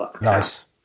Nice